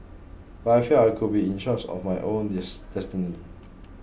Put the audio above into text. but I felt I could be in charge of my own dis destiny